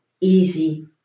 easy